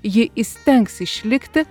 ji įstengs išlikti